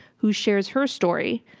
who shares her story,